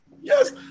yes